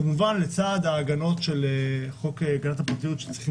כמובן לצד ההגנות של חוק הגנת הפרטיות שצריכים